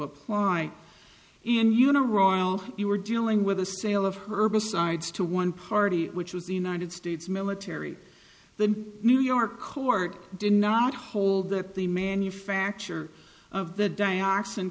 apply and you know royal you were dealing with the sale of herbicides to one party which was the united states military the new york court did not hold that the manufacture of the dioxin